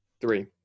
Three